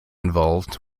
involved